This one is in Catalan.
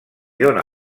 dóna